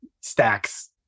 stacks